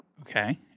Okay